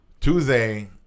Tuesday